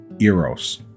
Eros